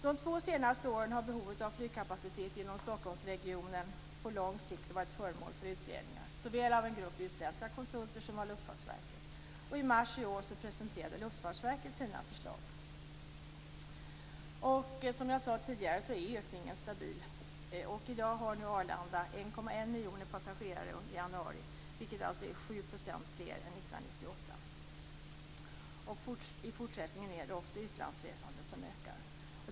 De två senaste åren har behovet av flygkapacitet genom Stockholmsregionen på lång sikt varit föremål för utredningar, såväl av en grupp utländska konsulter som av Luftfartsverket. I mars i år presenterade Luftfartsverket sina förslag. Som jag sade tidigare är ökningen stabil. I dag har Arlanda 1,1 fler än 1998. I fortsättningen är det också utlandsresandet som ökar.